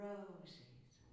Roses